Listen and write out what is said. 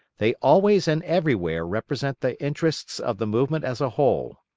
they always and everywhere represent the interests of the movement as a whole.